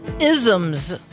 Isms